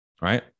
right